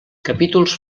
capítols